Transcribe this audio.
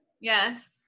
Yes